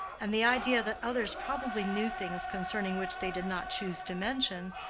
and the idea that others probably knew things concerning which they did not choose to mention,